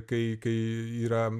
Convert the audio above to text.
kai kai yra